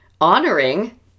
honoring